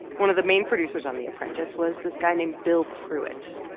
one of the main producers on the apprentice was this guy named bill pruitt.